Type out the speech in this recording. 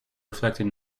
reflected